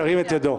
ירים את ידו.